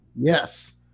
Yes